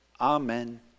amen